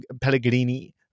Pellegrini